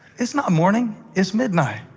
it's not morning it's midnight.